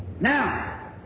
Now